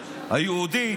היהודית,